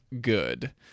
good